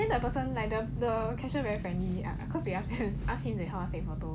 ya and then that person like the the cashier very friendly ya cause we ask them ask him to help us take photo